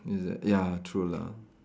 is it ya true lah